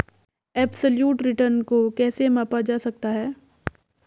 Absolute return को कैसे मापा जा सकता है?